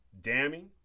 damning